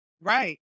Right